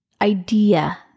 idea